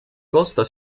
costa